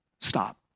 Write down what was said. stop